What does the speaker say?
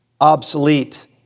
obsolete